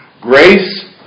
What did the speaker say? Grace